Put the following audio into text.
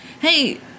hey